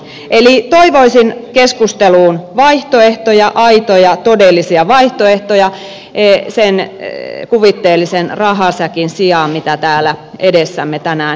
eli toivoisin keskusteluun vaihtoehtoja aitoja todellisia vaihtoehtoja sen kuvitteellisen rahasäkin sijaan mitä täällä edessämme tänään heiluttelitte